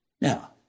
Now